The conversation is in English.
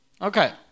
Okay